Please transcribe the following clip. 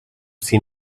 see